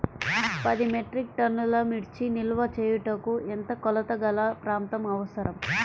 పది మెట్రిక్ టన్నుల మిర్చి నిల్వ చేయుటకు ఎంత కోలతగల ప్రాంతం అవసరం?